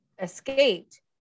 escaped